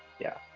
yeah.